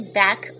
back